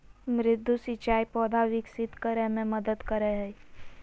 मृदु सिंचाई पौधा विकसित करय मे मदद करय हइ